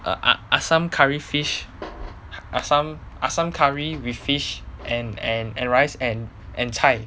err ass~ asam curry fish asam asam curry with fish and and and rice and and 菜